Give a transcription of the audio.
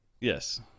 Yes